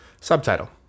Subtitle